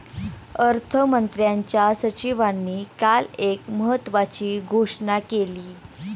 अर्थमंत्र्यांच्या सचिवांनी काल एक महत्त्वाची घोषणा केली